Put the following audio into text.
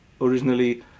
originally